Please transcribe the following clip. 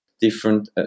different